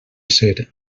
ser